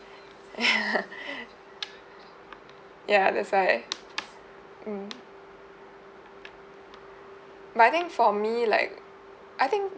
ya ya that's why mm but I think for me like I think